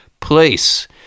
place